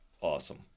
awesome